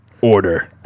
Order